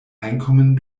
einkommen